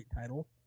title